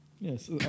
Yes